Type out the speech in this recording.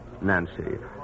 Nancy